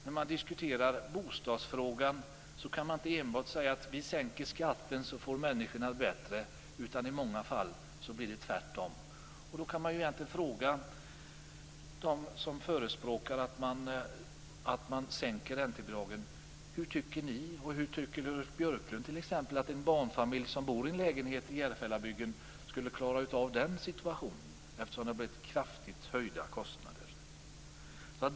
När man diskuterar bostadsfrågan kan man inte enbart säga att om vi sänker skatten får människorna det bättre. I många fall blir det tvärtom. Därför vill jag fråga er som förespråkar en sänkning av räntebidragen: Hur tror ni, Ulf Björklund t.ex., att en barnfamilj som bor i en lägenhet i Järfällabygden skulle klara av en sådan situation med kraftigt höjda kostnader?